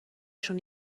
شون